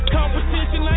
Competition